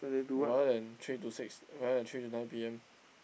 rather than three to six rather than three to nine P_M